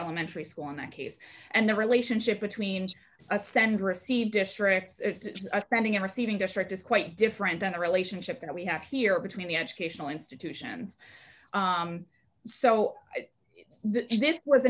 elementary school in that case and the relationship between a send receive district spending in receiving district is quite different than the relationship that we have here between the educational institutions so this was